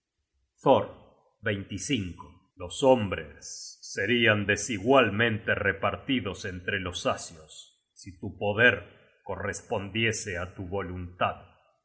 los hombres serian desigualmente repartidos entre los asios si tu poder correspondiese á tu voluntad